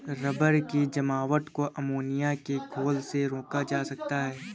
rubber की जमावट को अमोनिया के घोल से रोका जा सकता है